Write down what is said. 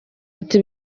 ati